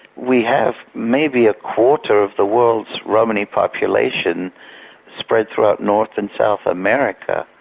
we have maybe a quarter of the world's romany population spread throughout north and south america.